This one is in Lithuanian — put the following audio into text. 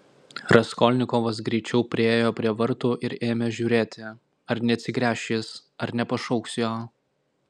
raskolnikovas greičiau priėjo prie vartų ir ėmė žiūrėti ar neatsigręš jis ar nepašauks jo